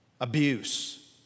abuse